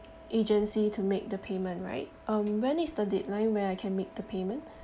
agency to make the payment right um when is the deadline where I can make the payment